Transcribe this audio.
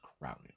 crowded